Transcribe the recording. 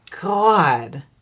God